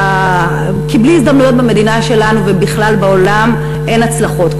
כי בלי הזדמנויות במדינה שלנו ובכלל בעולם אין הצלחות.